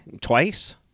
twice